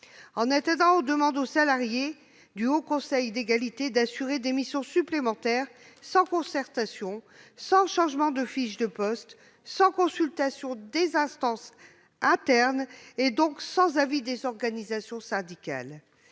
En outre, on demande aux salariés du HCE d'assurer des missions supplémentaires, sans concertation, sans changement de fiches de poste, sans consultation des instances internes, et donc sans avis des organisations syndicales.